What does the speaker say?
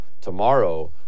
Tomorrow